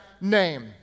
name